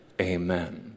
Amen